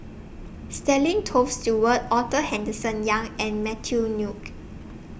Stanley Toft Stewart Arthur Henderson Young and Matthew Ngui